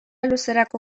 luzerako